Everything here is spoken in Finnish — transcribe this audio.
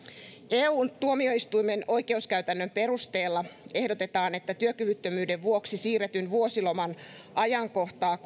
eun tuomioistuimen oikeuskäytännön perusteella ehdotetaan että työkyvyttömyyden vuoksi siirretyn vuosiloman ajankohtaa